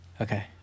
Okay